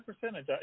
percentage